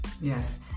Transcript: Yes